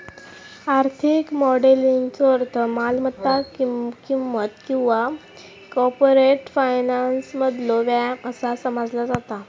आर्थिक मॉडेलिंगचो अर्थ मालमत्ता किंमत किंवा कॉर्पोरेट फायनान्समधलो व्यायाम असा समजला जाता